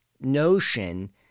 notion